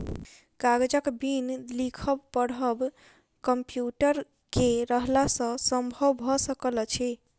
कागजक बिन लिखब पढ़ब कम्प्यूटर के रहला सॅ संभव भ सकल अछि